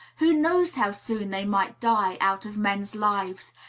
who knows how soon they might die out of men's lives,